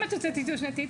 למה את יוצאת לטיול שנתי?